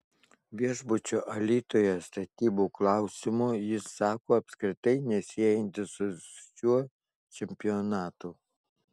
viešbučio alytuje statybų klausimo jis sako apskritai nesiejantis su šiuo čempionatu